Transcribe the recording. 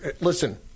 listen